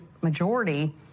majority